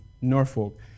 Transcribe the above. Norfolk